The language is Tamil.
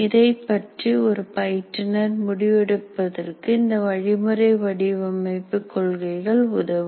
இதைப்பற்றி ஒரு பயிற்றுநர் முடிவெடுப்பதற்கு இந்த வழிமுறை வடிவமைப்பு கொள்கைகள் உதவும்